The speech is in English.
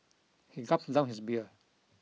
he gulped down his beer